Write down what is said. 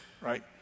Right